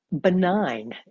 benign